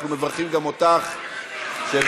אנחנו מברכים גם אותך שבאת.